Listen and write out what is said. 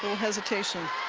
hesitation.